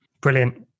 brilliant